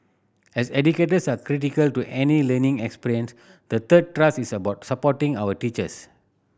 as educators are critical to any learning experience the third thrust is about supporting our teachers